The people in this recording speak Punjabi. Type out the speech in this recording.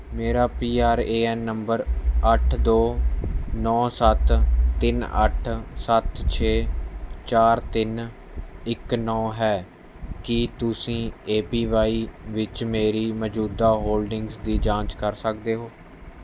ਮੇਰਾ ਪੀ ਆਰ ਏ ਐਨ ਨੰਬਰ ਅੱਠ ਦੋ ਨੌ ਸੱਤ ਤਿੰਨ ਅੱਠ ਸੱਤ ਛੇ ਚਾਰ ਤਿੰਨ ਇੱਕ ਨੌ ਹੈ ਕੀ ਤੁਸੀਂ ਏ ਪੀ ਵਾਈ ਵਿੱਚ ਮੇਰੀ ਮੌਜੂਦਾ ਹੋਲਡਿੰਗਜ਼ ਦੀ ਜਾਂਚ ਕਰ ਸਕਦੇ ਹੋ